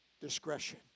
Discretion